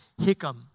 Hickam